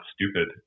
stupid